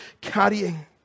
carrying